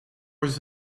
was